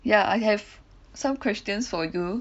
ya I have some questions for you